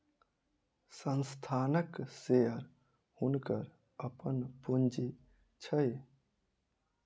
संस्थानक शेयर हुनकर अपन पूंजी छैन